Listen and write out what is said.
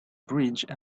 bridge